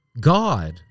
God